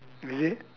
is it